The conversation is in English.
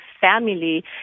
family